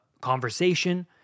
conversation